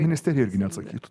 ministerija irgi neatsakytų